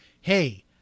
Hey